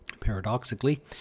Paradoxically